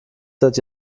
seit